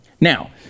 now